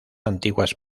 antiguas